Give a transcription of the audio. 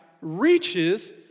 reaches